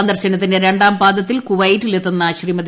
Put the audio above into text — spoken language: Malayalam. സന്ദർശനത്തിന്റെ രണ്ടാംപാദത്തിൽ കുവൈറ്റിൽ എത്തുന്ന ശ്രീമതി